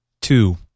Two